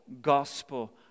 gospel